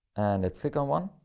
and its second one,